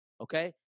okay